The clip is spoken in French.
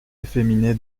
efféminé